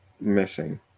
missing